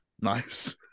Nice